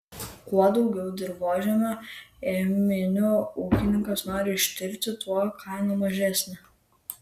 kuo daugiau dirvožemio ėminių ūkininkas nori ištirti tuo kaina mažesnė